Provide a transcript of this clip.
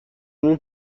بوم